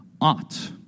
ought